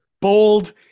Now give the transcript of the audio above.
bold